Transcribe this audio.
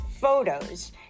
photos